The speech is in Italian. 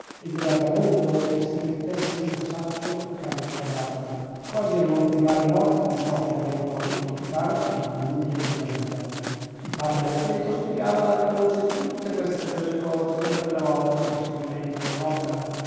ed era già molto che se ne mettesse un saggio accanto ai cadaveri quasi a non privare i morti di ciò che avevano avuto di più caro e di più utile in vita il padre anacleto spiegava ad alta voce tutte queste belle cose mentre dava occhio al proseguimento dell'opera